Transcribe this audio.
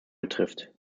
betrifft